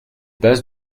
bases